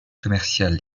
commerciale